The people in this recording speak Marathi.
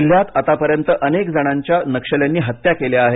जिल्ह्यात आतापर्यंत अनेक जणांच्या नक्षल्यांनी हत्या केल्या आहेत